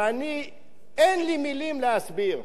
ואין לי מלים להסביר.